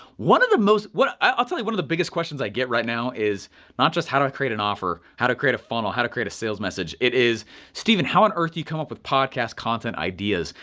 one of the most, well, i'll tell you one of the biggest questions i get right now is not just how to create an offer, how to create a funnel, how to create a sales message, it is stephen, how on earth do you come up with podcast content ideas?